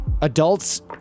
adults